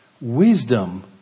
Wisdom